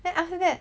then after that